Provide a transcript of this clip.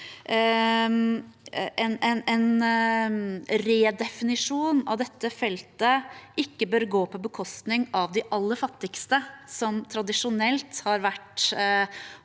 en redefinisjon av dette feltet ikke bør gå på bekostning av de aller fattigste, som tradisjonelt har vært